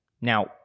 Now